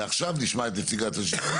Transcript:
ועכשיו נשמע את נציגת רשות מקומית.